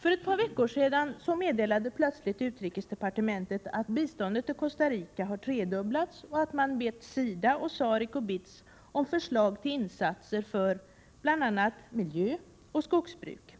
För ett par veckor sedan meddelade plötsligt utrikesdepartementet att biståndet till Costa Rica har tredubblats och att man bett SIDA, SAREC och BITS om förslag till insatser för bl.a. miljö och skogsbruk.